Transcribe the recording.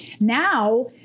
now